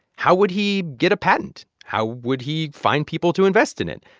how would he get a patent? how would he find people to invest in it?